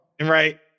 Right